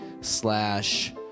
slash